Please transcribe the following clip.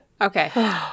okay